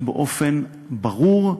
באופן ברור,